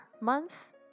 month